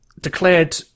declared